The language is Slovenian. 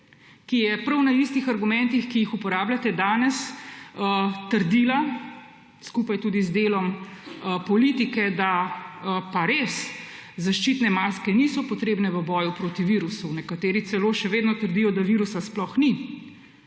ki je prav na istih argumentih, ki jih uporabljate danes, trdila skupaj tudi z delom politike, da pa zaščitne maske res niso potrebne v boju proti virusu, nekateri celo še vedno trdijo, da virusa sploh ni.